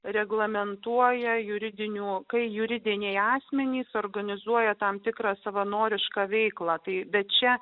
reglamentuoja juridinių kai juridiniai asmenys organizuoja tam tikrą savanorišką veiklą bei bet čia